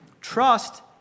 Trust